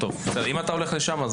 בסדר, אם אתה הולך לשם.